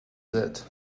that